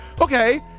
Okay